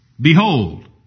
Behold